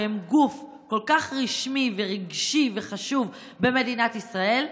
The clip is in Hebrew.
שהם גוף כל כך רשמי ורגשי וחשוב במדינת ישראל,